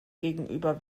gegenüber